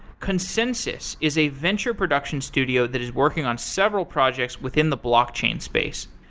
consensus is a venture production studio that is working on several projects within the blockchain space.